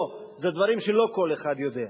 לא, זה דברים שלא כל אחד יודע.